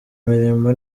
mirimo